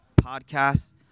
podcast